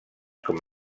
com